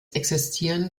existieren